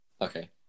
Okay